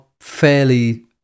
fairly